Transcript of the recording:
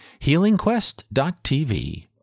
HealingQuest.tv